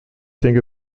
denke